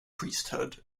priesthood